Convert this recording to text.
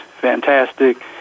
fantastic